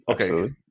Okay